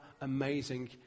amazing